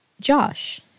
Josh